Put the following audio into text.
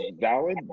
valid